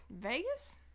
Vegas